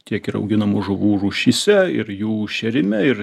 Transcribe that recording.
tiek ir auginamų žuvų rūšyse ir jų šėrime ir